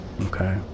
okay